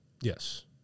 Yes